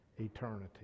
eternity